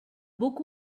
book